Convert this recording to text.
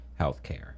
healthcare